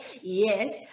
Yes